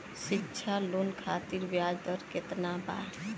शिक्षा लोन खातिर ब्याज दर केतना बा?